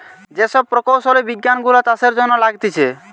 যে সব প্রকৌশলী বিজ্ঞান গুলা চাষের জন্য লাগতিছে